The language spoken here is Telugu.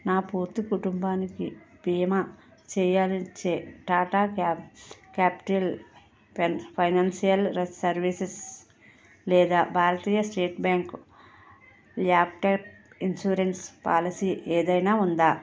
నా పూర్తి కుటుంబానికి భీమా చేయనిచ్చే టాటా క్యా క్యాపిటల్ ఫైనాన్షియల్ సర్వీసెస్ లేదా Bharatiya State Bank laptop insurance policy ఏదైనా ఉందా